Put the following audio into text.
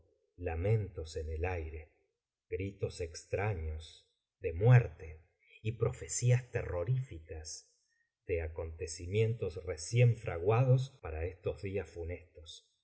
lamentos en el aire gritos extraños de muerte y profecías terroríficas de acontecimientos recien frauadospara estos días funestos